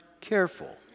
careful